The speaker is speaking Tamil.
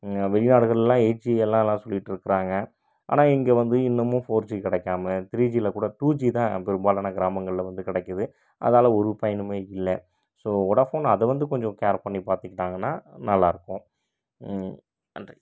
வெளிநாடுகளெலாம் எயிட் ஜி எல்லாம் எல்லாம் சொல்லிகிட்ருக்குறாங்க ஆனால் இங்கே வந்து இன்னமும் ஃபோர் ஜி கிடைக்காம த்ரீ ஜியில் கூட டூ ஜி தான் பெரும்பாலான கிராமங்களில் வந்து கிடைக்குது அதாலே ஒரு பயனுமே இல்லை ஸோ வோடாஃபோன் அதை வந்து கொஞ்சம் கேர் பண்ணி பார்த்துக்கிட்டாங்கன்னா நல்லாயிருக்கும் நன்றி